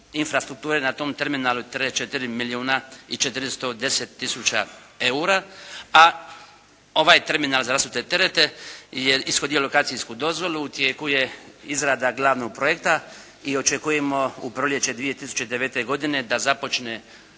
infrastrukture na tom terminalu 3, 4 milijuna i 410 tisuća EUR-a. A ovaj terminal za rasute terete je ishodio lokacijsku dozvolu. U tijeku je izrada glavnog projekta i očekujemo u proljeće 2009. godine da započne,